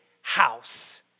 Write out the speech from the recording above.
house